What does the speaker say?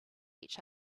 each